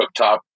cooktop